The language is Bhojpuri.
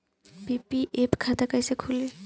पी.पी.एफ खाता कैसे खुली?